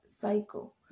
cycle